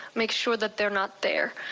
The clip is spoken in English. make sure that they're not there,